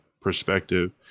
perspective